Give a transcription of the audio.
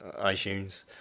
iTunes